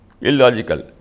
illogical